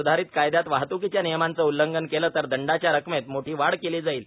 सुधारित कायद्यात वाहत्कीच्या नियमांचं उल्लंघन केलं तर दंडाच्या रकमेत मोठी वाढ केली आहे